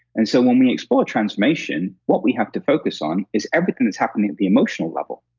and so, when we explore transformation, what we have to focus on is everything that's happening at the emotional level.